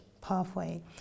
pathway